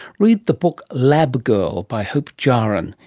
read the book lab girl, by hope jahren,